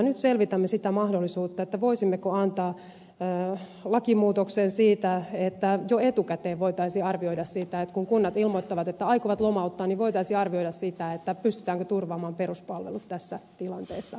nyt selvitämme sitä mahdollisuutta voisimmeko antaa lakimuutoksen siitä että jo etukäteen voitaisiin arvioida sitä kun kunnat ilmoittavat että aikovat lomauttaa pystytäänkö turvaamaan peruspalvelut tässä tilanteessa